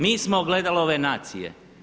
Mi smo ogledalo ove nacije.